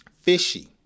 fishy